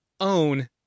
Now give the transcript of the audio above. own